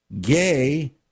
gay